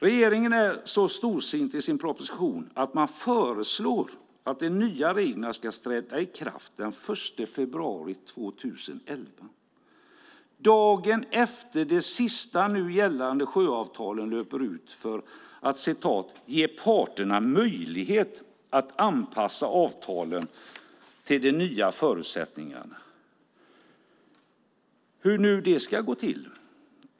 Regeringen är så storsint i sin proposition att man föreslår att de nya reglerna ska träda i kraft den 1 februari 2011, dagen efter de sista nu gällande sjöavtalen löper ut. Detta är för att "ge parterna möjlighet att anpassa avtalen till de nya förutsättningarna" - hur nu det ska gå till.